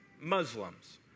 Muslims